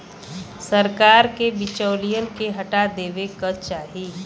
सरकार के बिचौलियन के हटा देवे क चाही